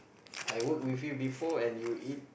I work with you before and you eat